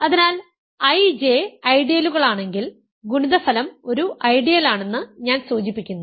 അതിനാൽ I J ഐഡിയലുകളാണെങ്കിൽ ഗുണിതഫലം ഒരു ഐഡിയലാണെന്ന് ഞാൻ സൂചിപ്പിക്കുന്നു